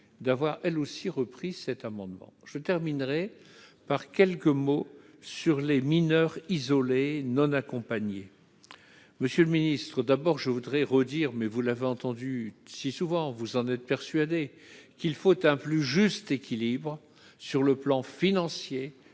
d'avoir elle aussi repris cet amendement, je terminerai par quelques mots sur les mineurs isolés non accompagnés, monsieur le ministre, d'abord je voudrais redire mais vous l'avez entendu si souvent, vous en êtes persuadé qu'il faut un plus juste équilibre sur le plan financier